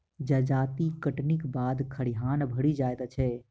जजाति कटनीक बाद खरिहान भरि जाइत छै